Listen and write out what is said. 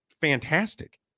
fantastic